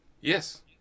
Yes